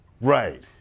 Right